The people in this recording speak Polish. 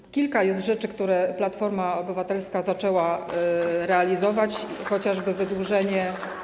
Jest kilka rzeczy, które Platforma Obywatelska zaczęła realizować, chociażby wydłużenie.